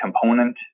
component